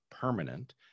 permanent